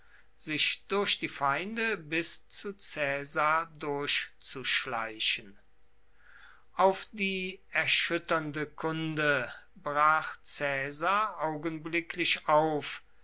sich durch die feinde bis zu caesar durchzuschleichen auf die erschütternde kunde brach caesar augenblicklich auf